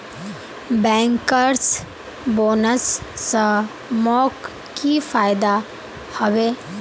bankers bonus स मोक की फयदा हबे